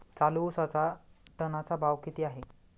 चालू उसाचा टनाचा भाव किती आहे?